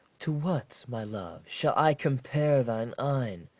to what, my love, shall i compare thine eyne?